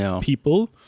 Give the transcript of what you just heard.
people